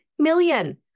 Million